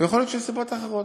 יכול להיות שיש סיבות אחרות